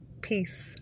peace